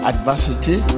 Adversity